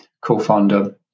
co-founder